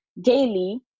daily